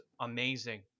amazing